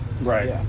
Right